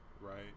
Right